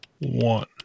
one